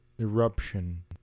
eruption